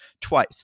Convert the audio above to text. twice